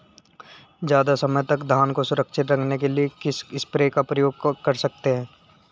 ज़्यादा समय तक धान को सुरक्षित रखने के लिए किस स्प्रे का प्रयोग कर सकते हैं?